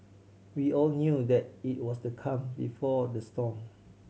we all knew that it was the calm before the storm